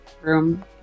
room